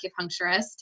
acupuncturist